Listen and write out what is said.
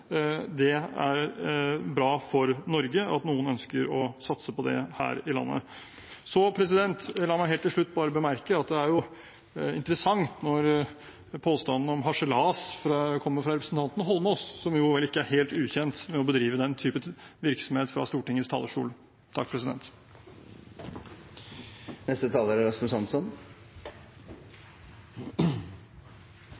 Det er bra for Norge at noen ønsker å satse her i landet. La meg helt til slutt bemerke at det er interessant når påstanden om harselas kommer fra representanten Eidsvoll Holmås, som ikke er helt ukjent med å bedrive den type virksomhet fra Stortingets talerstol. Jeg blir litt forundret når representanten Aasland etterlyser ryddighet og mener at det er